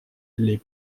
les